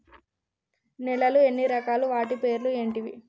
నేలలు ఎన్ని రకాలు? వాటి పేర్లు ఏంటివి?